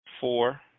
Four